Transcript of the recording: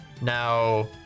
Now